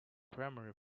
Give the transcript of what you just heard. primary